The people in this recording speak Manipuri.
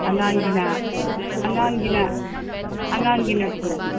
ꯑꯉꯥꯡꯒꯤꯅ ꯑꯉꯥꯡꯒꯤꯅ ꯀꯨꯟ